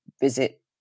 visit